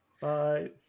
Bye